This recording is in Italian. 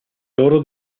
loro